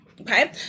okay